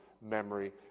memory